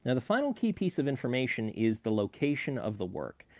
and the final key piece of information is the location of the work.